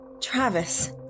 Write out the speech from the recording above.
Travis